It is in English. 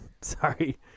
Sorry